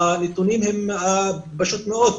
הנתונים הם פשוטים מאוד,